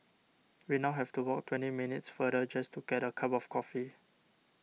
we now have to walk twenty minutes farther just to get a cup of coffee